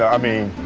i mean.